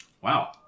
Wow